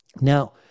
Now